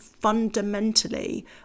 Fundamentally